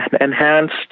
enhanced